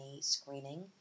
screening